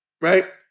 Right